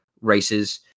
races